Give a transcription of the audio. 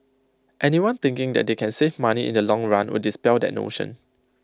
anyone thinking that they can save money in the long run would dispel that notion